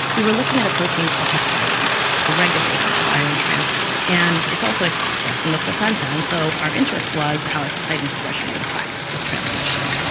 we were looking at a protein called hepcidin, a regulator of iron transport, and it's also like expressed in the placenta. and so our interest was how hepcidin and expression would affect this transmission,